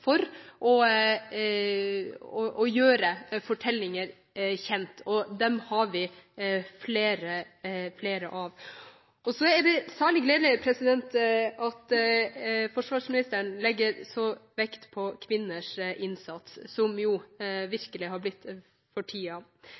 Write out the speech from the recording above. for å gjøre fortellinger kjent, og dem har vi flere av. Det er særlig gledelig at forsvarsministeren legger så stor vekt på kvinners innsats, som jo virkelig har blitt